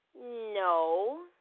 No